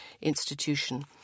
institution